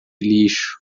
lixo